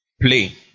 play